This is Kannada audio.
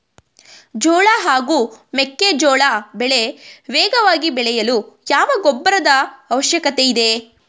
ಜೋಳ ಹಾಗೂ ಮೆಕ್ಕೆಜೋಳ ಬೆಳೆ ವೇಗವಾಗಿ ಬೆಳೆಯಲು ಯಾವ ಗೊಬ್ಬರದ ಅವಶ್ಯಕತೆ ಇದೆ?